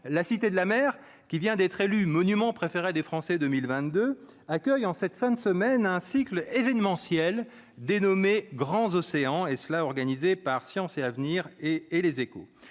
la Cité de la mer qui vient d'être élu monument préféré des Français 2022 accueille en cette fin de semaine, ainsi que l'événementiel dénommé grands océans et cela organisé par Sciences et Avenir et et Les Échos